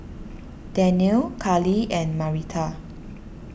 Danniel Karlie and Marita